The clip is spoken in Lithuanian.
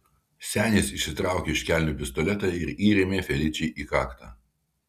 senis išsitraukė iš kelnių pistoletą ir įrėmė feličei į kaktą